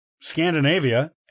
Scandinavia